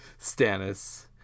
Stannis